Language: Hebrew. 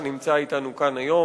שנמצא אתנו כאן היום.